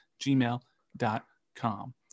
gmail.com